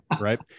Right